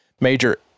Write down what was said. major